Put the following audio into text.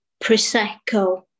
Prosecco